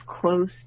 close